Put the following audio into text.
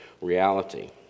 reality